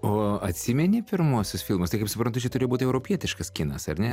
o atsimeni pirmuosius filmus tai kaip suprantu čia turėjo būt europietiškas kinas ar ne